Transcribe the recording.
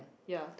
ya